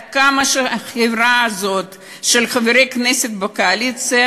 כמה שהחבורה הזאת של חברי הכנסת בקואליציה